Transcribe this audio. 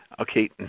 Okay